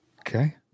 Okay